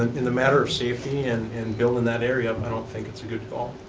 in the matter of safety and and building that area, i don't think it's a good call.